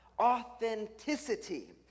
authenticity